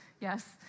Yes